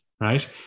Right